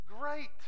great